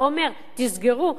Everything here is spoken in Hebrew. אומר: תסגרו,